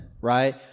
right